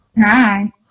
Hi